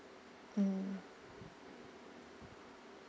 mm